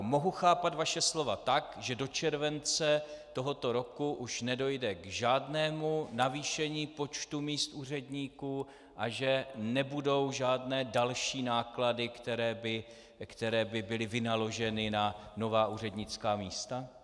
Mohu chápat vaše slova tak, že do července tohoto roku už nedojde k žádnému navýšení počtu míst úředníků a že nebudou žádné další náklady, které by byly vynaloženy na nová úřednická místa?